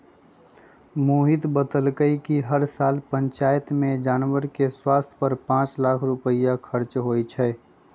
मोहित बतलकई कि हर साल पंचायत में जानवर के स्वास्थ पर पांच लाख रुपईया खर्च होई छई